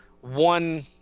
one